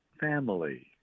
family